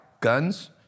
guns